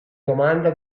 domanda